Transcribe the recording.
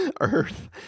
earth